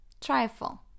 trifle